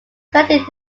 connected